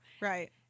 Right